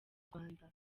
rwanda